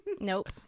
Nope